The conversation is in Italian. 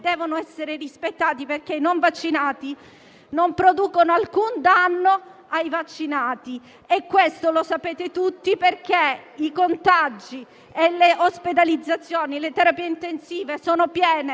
essere rispettati. I non vaccinati non producono alcun danno ai vaccinati, e questo lo sapete tutti. Le ospedalizzazioni e le terapie intensive sono piene